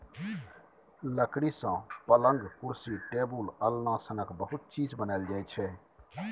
लकड़ी सँ पलँग, कुरसी, टेबुल, अलना सनक बहुत चीज बनाएल जाइ छै